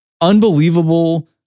unbelievable